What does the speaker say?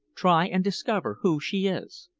try and discover who she is.